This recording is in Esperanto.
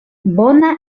bona